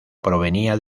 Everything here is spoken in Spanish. provenía